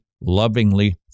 lovingly